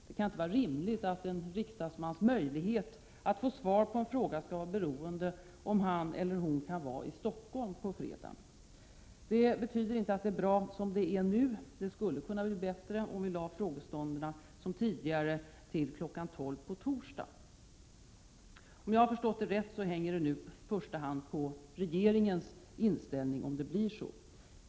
Det kan inte vara rimligt att en riksdagsmans möjlighet att få svar på en fråga skall vara beroende av om hon eller han kan vara i Stockholm på fredagen. Det betyder inte att det är bra som det är nu. Det skulle kunna bli bättre om vi lade frågestunderna som de var tidigare till kl. 12.00 på torsdagen. Om jag har förstått rätt hänger det nu på regeringens inställning om det blir så.